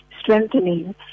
strengthening